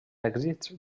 èxits